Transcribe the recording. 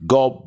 God